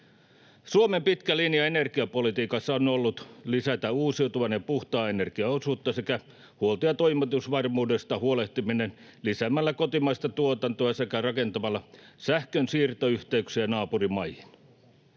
Suomen pitkä linja energiapolitiikassa on ollut lisätä uusiutuvan ja puhtaan energian osuutta sekä huolehtia huolto- ja toimitusvarmuudesta lisäämällä kotimaista tuotantoa sekä rakentamalla sähkönsiirtoyhteyksiä naapurimaihin.